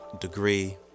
Degree